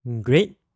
Great